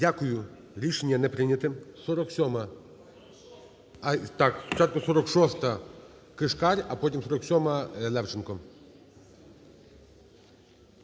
Дякую. Рішення не прийняте.